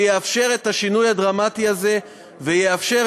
שיאפשר את השינוי הדרמטי הזה ויאפשר